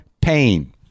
pain